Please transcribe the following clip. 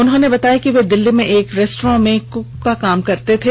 उन्होंने बताया कि वे दिल्ली में एक रेस्ट्रेंट में कक का काम करते थे